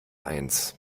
eins